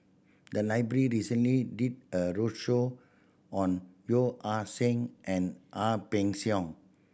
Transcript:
the library recently did a roadshow on Yeo Ah Seng and Ang Peng Siong